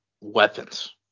weapons